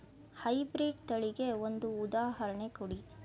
High breed ತಳಿಗೆ ಒಂದು ಉದಾಹರಣೆ ಕೊಡಿ?